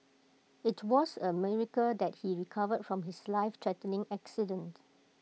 IT was A miracle that he recovered from his lifethreatening accident